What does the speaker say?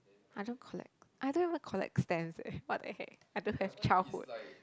I don't collect I don't even collect stamps eh what the heck I don't have childhood